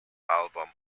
album